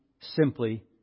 simply